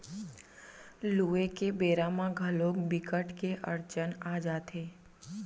लूए के बेरा म घलोक बिकट के अड़चन आ जाथे